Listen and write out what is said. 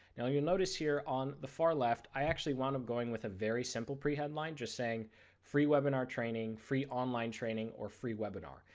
now you will notice here on the far left i actually wind up going with a very simple pre headline, just saying free webinar training, free online training or free webinar.